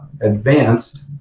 advanced